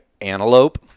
Antelope